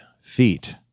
feet